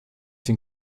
den